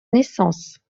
naissance